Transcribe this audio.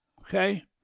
okay